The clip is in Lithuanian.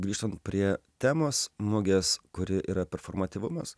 grįžtant prie temos mugės kuri yra performatyvumas